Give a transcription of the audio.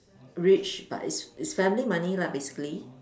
rich but is is family money lah basically